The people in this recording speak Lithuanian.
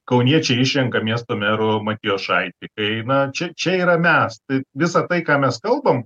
kauniečiai išrenka miesto meru matijošaitį kai eina čia čia yra mes tai visa tai ką mes kalbam